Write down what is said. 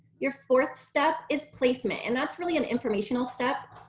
your fourth step is placement and that's really an informational step,